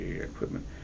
equipment